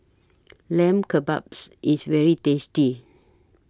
Lamb Kebabs IS very tasty